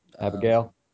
Abigail